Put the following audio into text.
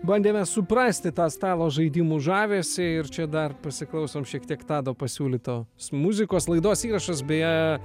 bandėme suprasti tą stalo žaidimų žavesį ir čia dar pasiklausom šiek tiek tado pasiūlyto s muzikos laidos įrašas beje